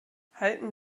halten